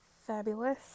Fabulous